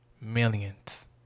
Millions